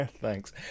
Thanks